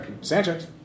Sanchez